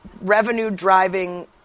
revenue-driving